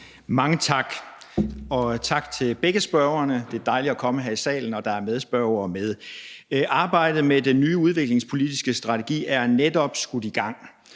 Mange tak. Og tak til begge spørgerne. Det er dejligt at komme her i salen, når der er medspørgere på. Arbejdet med den nye udviklingspolitiske strategi er netop skudt i gang,